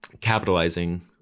capitalizing